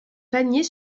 panier